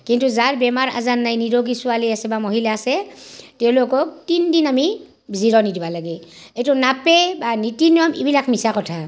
কিন্তু যাৰ বেমাৰ আজাৰ নাই নিৰোগী ছোৱালী আছে বা মহিলা আছে তেওঁলোকক তিনি দিন আমি জিৰণি দিবা লাগে এইটো নাপেই বা নীতি নিয়ম এই বিলাক মিছা কথা